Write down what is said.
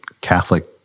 Catholic